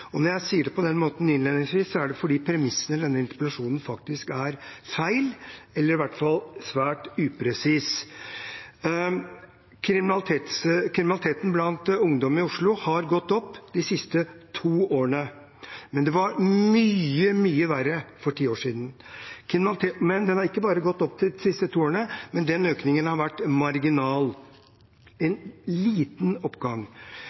tiltak. Når jeg sier det på den måten innledningsvis, er det fordi premissene i denne interpellasjonen faktisk er feil, eller i hvert fall svært upresise. Kriminaliteten blant ungdom i Oslo har gått opp de siste to årene, men det var mye verre for ti år siden. Den har ikke bare gått opp de siste to årene, men den økningen har vært marginal – en liten oppgang: